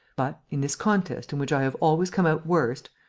but, in this contest in which i have always come out worst.